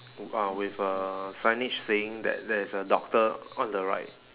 uh with a signage saying that there is a doctor on the right